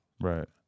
Right